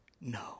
no